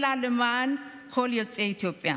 אלא למען כל יוצאי אתיופיה,